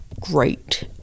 great